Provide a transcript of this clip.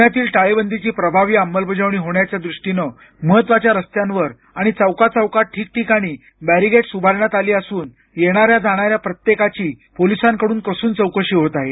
पुण्यातील टाळेबंदीची प्रभावी अमलबजावणी होण्याच्या दृष्टीनं महत्त्वाच्या रस्त्यांवर आणि चौकात ठिकठिकाणी बॅरीगेट्स उभारण्यात आली असून येणाऱ्या जाणाऱ्या प्रत्येकाची पोलिसांकडून कसून चौकशी होत आहे